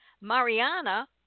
Mariana